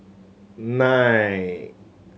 nine